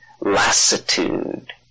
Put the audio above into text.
lassitude